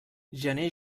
gener